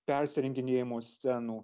persirenginėjimo scenų